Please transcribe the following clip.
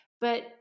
But-